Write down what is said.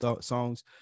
songs